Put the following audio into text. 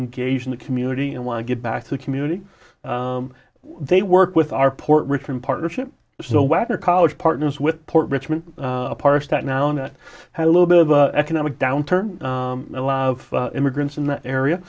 engaged in the community and want to get back to the community they work with our port richmond partnership so whether college partners with port richmond parks that mountain had a little bit of economic downturn a lot of immigrants in that area